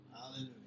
Hallelujah